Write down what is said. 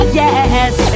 yes